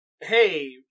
hey